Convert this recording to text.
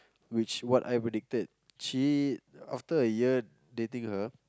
which what I predicted she after a year dating her